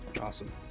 Awesome